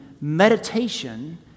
meditation